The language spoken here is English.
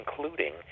including